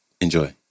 Enjoy